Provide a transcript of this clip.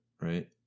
right